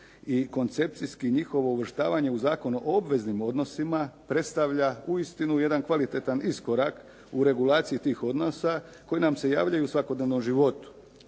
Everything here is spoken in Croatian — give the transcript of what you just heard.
i koncepcijski njihovo uvrštavanje u Zakon o obveznim odnosima predstavlja uistinu jedan kvalitetan iskorak u regulaciji tih odnosa koji nam se javljaju u svakodnevnom životu.